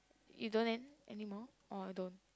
you don't then anymore oh I don't